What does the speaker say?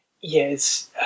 yes